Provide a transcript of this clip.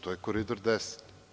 To je Koridor 10.